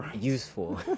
Useful